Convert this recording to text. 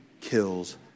kills